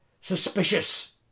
suspicious